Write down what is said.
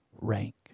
rank